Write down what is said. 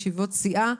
סיעה.